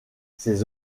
ces